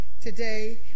Today